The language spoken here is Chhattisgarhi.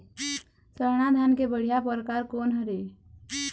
स्वर्णा धान के बढ़िया परकार कोन हर ये?